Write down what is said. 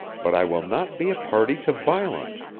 but i will not be a party to violence.